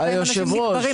בינתיים אנשים לוקחים,